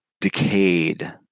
decayed